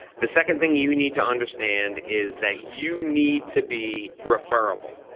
the second thing you need to understand is that you need to be referable.